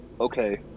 okay